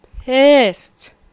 pissed